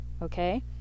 okay